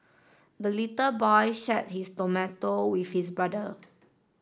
the little boy shared his tomato with his brother